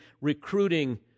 recruiting